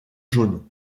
jaune